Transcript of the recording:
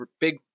big